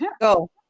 go